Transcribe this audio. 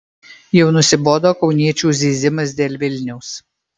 jau nusibodo kauniečių zyzimas dėl vilniaus